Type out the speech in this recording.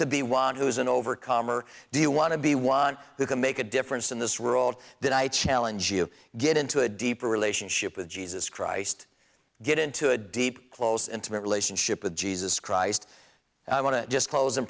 to be one who is an overcomer do you want to be one who can make a difference in this world that i challenge you get into a deeper relationship with jesus christ get into a deep close intimate relationship with jesus christ i want to just close in